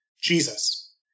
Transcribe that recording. Jesus